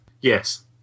Yes